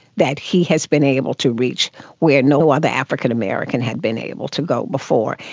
that he has been able to reach where no other african american had been able to go before.